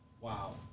wow